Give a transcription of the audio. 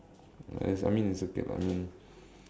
uh I mean it's okay lah I mean